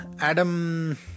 Adam